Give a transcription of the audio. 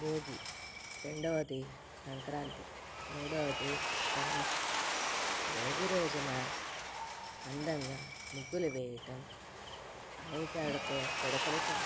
భోగి రెండవది సంక్రాంతి మూడవది కనుమ భోగి రోజున అందంగా ముగ్గులు వేయడం ఆవుపేడతో పిడకలు చేస్తారు